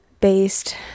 based